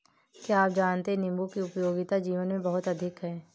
क्या आप जानते है नीबू की उपयोगिता जीवन में बहुत अधिक है